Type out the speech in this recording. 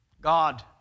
God